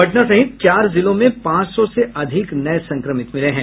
पटना सहित चार जिलों में पांच सौ से अधिक नए संक्रमित मिले हैं